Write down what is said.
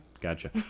Gotcha